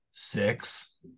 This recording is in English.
Six